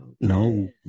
No